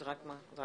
זה רק בידיי.